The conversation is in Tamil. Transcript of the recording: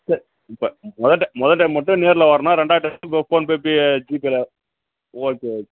சேரி இப்போ மொதல் ட மொதல் டைம் மட்டும் நேரில் வரணும் ரெண்டாவது டைம் ஃபோன்பே பே ஜிபேவில் ஓகே ஓகே